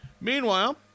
Meanwhile